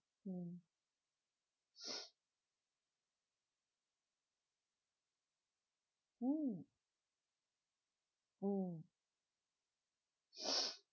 mm mm mm